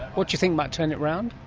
what do you think might turn it around?